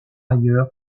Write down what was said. ailleurs